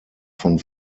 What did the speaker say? von